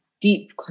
deep